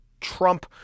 Trump